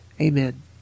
Amen